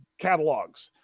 catalogs